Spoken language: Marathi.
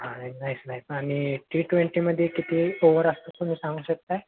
हा नाईस नाईस आणि टी ट्वेंटीमध्ये किती ओवर असतात तुम्ही सांगू शकत आहात